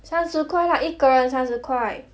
三十块啦一个人三十块